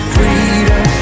Freedom